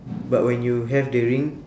but when you have the ring